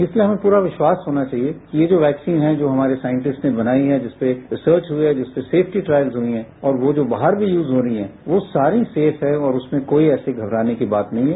इसलिए हमें पूरा विश्वास होना चाहिए कि ये जो वैक्सीन हैं जो हमारे साइंटिस्ट्स ने बनाई हैं जिसपर रिसर्च हुई हैं जिसपर सेफ्टी ट्रायल्स हुए हैं और वो जो बाहर भी यूज होनी हैं वो सारी सेफ हैं और उसमें कोई ऐसी घबराने वाली बात नहीं हैं